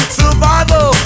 survival